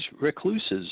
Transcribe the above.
recluses